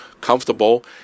comfortable